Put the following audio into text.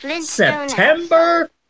September